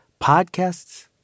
podcasts